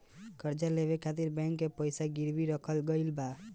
कर्जा लेवे खातिर बैंक के पास गिरवी रखल गईल सामान के बंधक कहल जाला